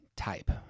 Type